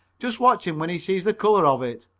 just watch him when he sees the color of it.